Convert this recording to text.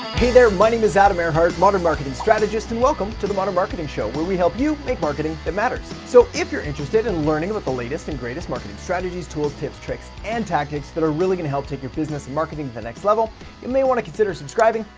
hey there, my name is adam erhart, modern marketing strategist. and welcome to the modern marketing show where we help you make marketing that matters. so if you're interested in learning about but the latest and greatest marketing strategies, tools, tips, tricks, and tactics that are really gonna help take your business and marketing to the next level you may want to consider subscribing,